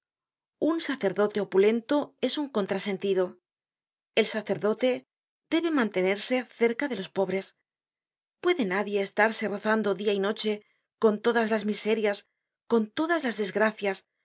un sacerdote opulento es un contrasentido el sacerdote debe mantenerse cerca de los pobres puede nadie estarse rozando dia y noche con todas las miserias con todas las desgracias con